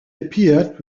appeared